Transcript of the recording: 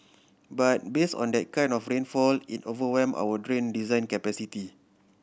but base on that kind of rainfall it overwhelm our drain design capacity